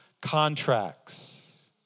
contracts